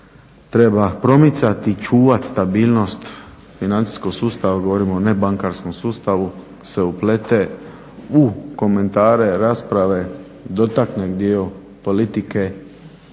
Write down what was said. treba promicati i čuvati stabilnost financijskog sustava govorimo o nebankarskom sustavu se uplete u komentare, rasprave, dotakne dio politike